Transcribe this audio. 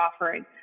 offering